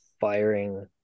firing